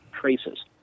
traces